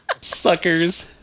Suckers